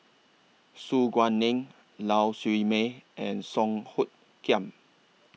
Su Guaning Lau Siew Mei and Song Hoot Kiam